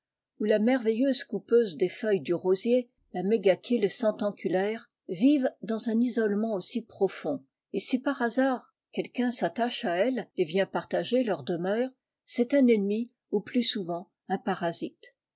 ou la merveilleuse coupeuse des feuilles du rosier la mégachile centunculaire vivent dans un isolement aussi profond et si par hasard quelqu'un s'attache à elles et vient partager leur demeure c'est un ennemi ou plus souvent un parasite